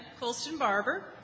Colston-Barber